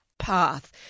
path